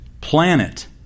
planet